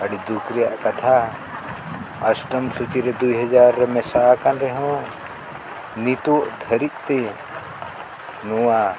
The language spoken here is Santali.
ᱟᱹᱰᱤ ᱫᱩᱠ ᱨᱮᱱᱟᱜ ᱠᱟᱛᱷᱟ ᱚᱥᱴᱚᱢ ᱥᱩᱪᱤᱨᱮ ᱫᱩᱭ ᱦᱟᱡᱟᱨ ᱨᱮ ᱢᱮᱥᱟᱣ ᱟᱠᱟᱱ ᱨᱮᱦᱚᱸ ᱱᱤᱛᱳᱜ ᱫᱷᱟᱹᱨᱤᱡ ᱛᱮ ᱱᱚᱣᱟ